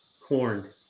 corn